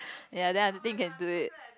ya then I don't think you can do it